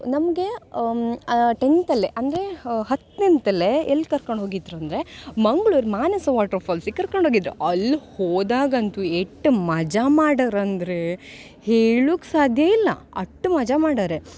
ನಮಗೆ ಟೆನ್ತಲ್ಲೇ ಅಂದರೆ ಹತ್ತನಿಂತಲ್ಲೆ ಎಲ್ಲಿ ಕರ್ಕಂಡು ಹೋಗಿದ್ದರು ಅಂದರೆ ಮಂಗ್ಳೂರು ಮಾನಸ ವಾಟ್ರ್ಫಾಲ್ಸಿಗೆ ಕರ್ಕಂಡೋಗಿದ್ದರು ಅಲ್ಲಿ ಹೋದಾಗಂತೂ ಎಷ್ಟ್ ಮಜ ಮಾಡರ್ ಅಂದರೆ ಹೇಳುಕ್ಕೆ ಸಾಧ್ಯವಿಲ್ಲ ಅಷ್ಟ್ ಮಜ ಮಾಡರೇ